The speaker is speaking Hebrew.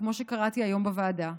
כמו שקראתי היום בוועדה,